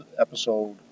episode